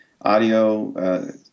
audio—